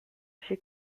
she